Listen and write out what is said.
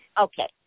Okay